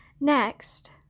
Next